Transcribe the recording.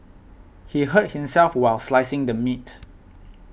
he hurt himself while slicing the meat